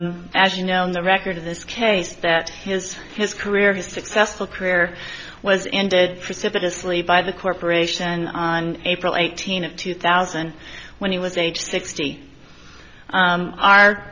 as you know the record of this case that his his career his successful career was ended precipitously by the corporation on april eighteenth two thousand when he was age sixty